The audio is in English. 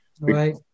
Right